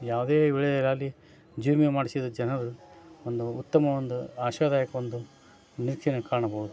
ಯಾವುದೇ ವೇಳೆ ಇರಲಿ ಜೀವ ವಿಮೆ ಮಾಡಿಸಿದ ಜನರು ಒಂದು ಉತ್ತಮ ಒಂದು ಆಶಾದಾಯಕ ಒಂದು ನೀತಿನ ಕಾಣಬೋದು